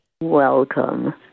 Welcome